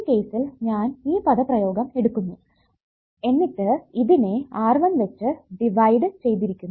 ഈ കേസ്സിൽ ഞാൻ ഈ പദപ്രയോഗം എടുക്കുന്നു എന്നിട്ട് ഇതിനെ R1 വെച്ച് ഡിവൈഡ് ചെയ്തിരിക്കുന്നു